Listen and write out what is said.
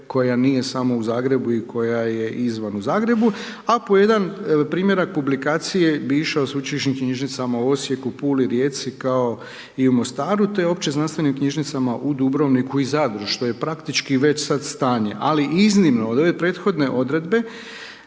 koja nije samo u Zagrebu i koja je izvan u Zagrebu a po jedan primjerak publikacije bi išao sveučilišnim knjižnicama u Osijeku, Puli, Rijeci kao i u Mostaru te opće znanstvenim knjižnicama u Dubrovniku i Zadru što je praktički već sad stanje. Ali iznimno od ove prethodne odredbe